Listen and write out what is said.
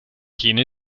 jene